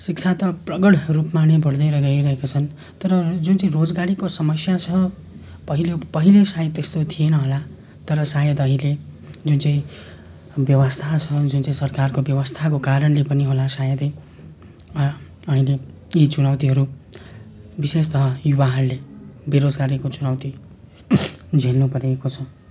शिक्षा त प्रगाढ रूपमा नै बढ्दै र गइरहेका छन् तर जुन चाहिँ रोजगारीको समस्या छ पहिले पहिले सायद त्यस्तो थिएन होला तर सायद अहिले जुन चाहिँ व्यवस्था छ जुन चाहिँ सरकारको व्यवस्थाको कारणले पनि होला सायदै अहिले यी चुनौतीहरू विशेषतः युवाहरूले बेरोजगारीको चुनौती झेल्नुपरेको छ